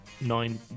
nine